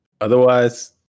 otherwise